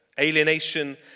Alienation